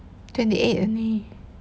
twenty eight only